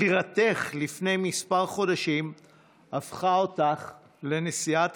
בחירתך לפני כמה חודשים הפכה אותך לנשיאת